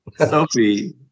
Sophie